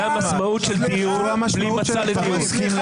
זאת המשמעות של דיון בלי מצע לדיון.